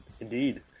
Indeed